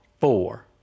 four